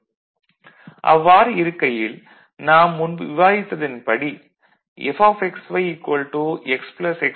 y x y அவ்வாறு இருக்கையில் நாம் முன்பு விவாதித்ததன் படி Fxy x x'